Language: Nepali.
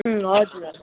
अँ हजुर हजुर